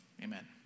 Amen